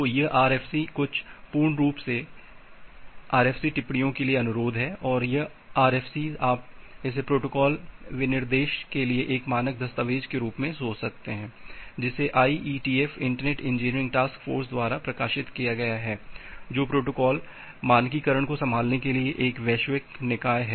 तो यह RFCs कुछ पूर्ण रूप हैं RFC टिप्पणियों के लिए अनुरोध है और यह RFCs आप इसे प्रोटोकॉल विनिर्देश के लिए एक मानक दस्तावेज़ के रूप में सोच सकते हैं जिसे IETF internet engineering task force द्वारा प्रकाशित किया गया है जो प्रोटोकॉल मानकीकरण को संभालने के लिए एक वैश्विक निकाय है